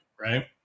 right